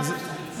גם הפסדתי.